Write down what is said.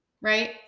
Right